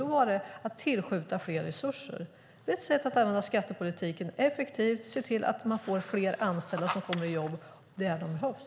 Då handlade det om att tillskjuta mer resurser. Det är ett sätt att använda skattepolitiken effektivt och se till att man får fler anställda som kommer i jobb där de behövs.